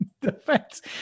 defense